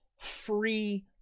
free